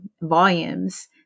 volumes